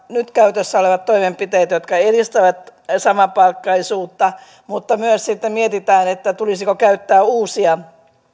nyt käytössä olevat toimenpiteet jotka edistävät samapalkkaisuutta mutta myös sitten mietitään tulisiko käyttää uusia